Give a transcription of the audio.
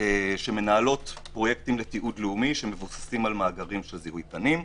שמנהלות פרויקטים לתיעוד לאומי שמבוססים על מאגרי זיהוי פנים.